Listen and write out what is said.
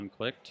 Unclicked